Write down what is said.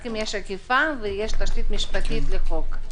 רק אם יש אכיפה ויש תשתית משפטית לחוק.